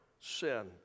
sin